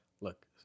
Look